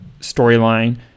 storyline